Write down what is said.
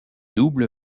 double